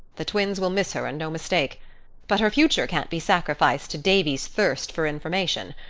the twins will miss her and no mistake but her future can't be sacrificed to davy's thirst for information.